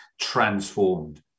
transformed